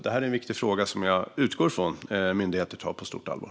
Det är en viktig fråga som jag utgår från att myndigheterna tar på stort allvar.